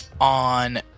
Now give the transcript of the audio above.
on